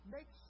Make